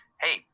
Hey